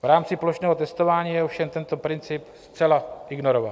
V rámci plošného testování je ovšem tento princip zcela ignorován.